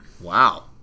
Wow